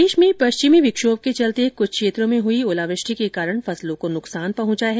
प्रदेश में पश्चिमी विक्षोभ के चलते कुछ क्षेत्रों में हुई ओलावृष्टि के कारण फसलों को नुकसान पहुंचा है